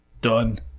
Done